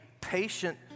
patient